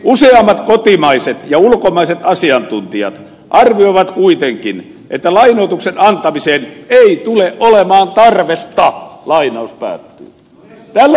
useimmat kotimaiset ja ulkomaiset asiantuntijat arvioivat kuitenkin että lainoituksen antamiseen ei tule olemaan tarvetta